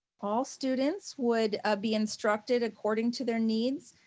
all students would ah be instructed according to their needs,